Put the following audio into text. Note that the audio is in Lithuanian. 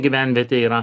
gyvenvietė yra